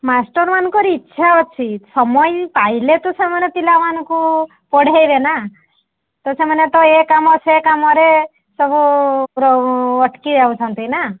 ମାଷ୍ଟର୍ମାନଙ୍କର ଇଚ୍ଛା ଅଛି ସମୟ ହିଁ ପାଇଲେ ତ ସେମାନେ ପିଲାମାନଙ୍କୁ ପଢ଼େଇବେ ନା ତ ସେମାନେ ତ ଏ କାମ ସେ କାମରେ ସବୁ ରହୁ ଅଟକି ଯାଉଛନ୍ତି ନା